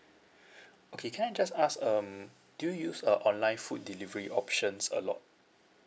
okay can I just ask um do you use uh online food delivery options a lot